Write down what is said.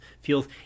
feels